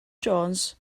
jones